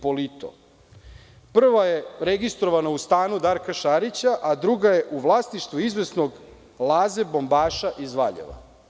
Prva je registrovana u stanu Darka Šarića, a druga je u vlasništvu izvesnog Laze Bombaša iz Valjeva.